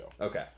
Okay